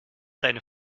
deine